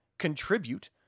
contribute